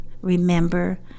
remember